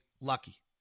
lucky